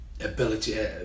ability